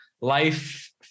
life